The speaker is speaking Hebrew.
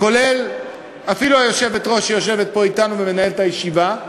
כולל אפילו היושבת-ראש שיושבת פה אתנו ומנהלת את הישיבה,